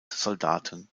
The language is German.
soldaten